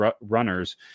runners